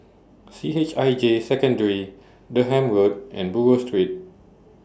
C H I J Secondary Durham Road and Buroh Street